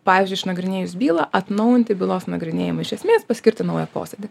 pavyzdžiui išnagrinėjus bylą atnaujinti bylos nagrinėjimą iš esmės paskirti naują posėdį